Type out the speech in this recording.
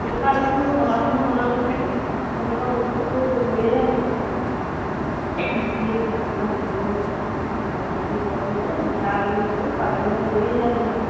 সেনেকুৱা যিবোৰ মতা মানুহৰ মনত নেথাকে সেনেকুৱা বস্তুবোৰ লৈয়ে আহিম আৰু তাৰমানে তিল মাটিমাহ গুড় আৰু কি কি বস্তু যে মিঠা আলু সেইবোৰ পালে মানে লৈয়েহে আহিম আৰু